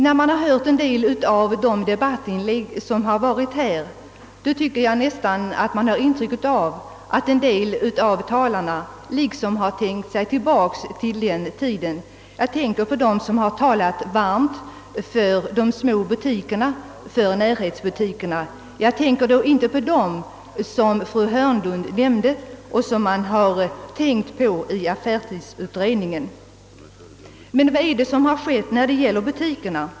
När man har hört en del av de debattinlägg, som har förekommit här, har man nästan fått ett intryck av att några talare har tänkt sig tillbaka till denna tid; jag syftar på dem som har talat varmt för de små butikerna, för närhetsbutikerna, men inte på dem som fru Hörnlund nämnde och som man har tänkt på i affärstidsutredningen. Vad är det som har skett med butikerna?